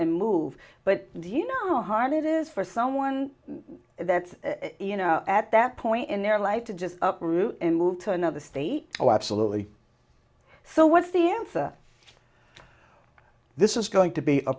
and move but do you know how hard it is for someone that you know at that point in their life to just uproot and move to another state oh absolutely so what's the answer this is going to be a